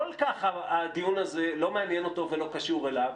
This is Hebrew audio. כל כך הדיון הזה לא מעניין אותו ולא קשור אליו,